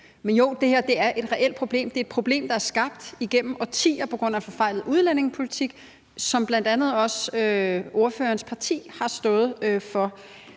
Men jo, det her er et reelt problem. Det er et problem, der er skabt igennem årtier på grund af forfejlet udlændingepolitik, som bl.a. også ordførerens parti har stået for.